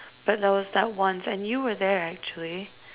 but there was that one time and you were there actually